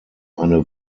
eine